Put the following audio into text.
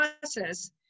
process